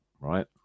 right